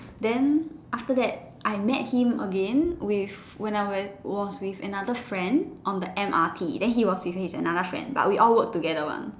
then after that I met him again with when I were was with another friend on the M_R_T then he was with his another friend but we all work together one